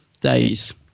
days